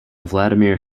vladimir